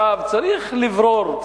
צריך לברור,